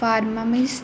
pharmacist